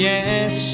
Yes